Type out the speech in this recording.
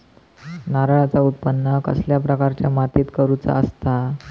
नारळाचा उत्त्पन कसल्या प्रकारच्या मातीत करूचा असता?